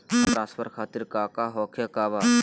Fund transfer खातिर काका होखे का बा?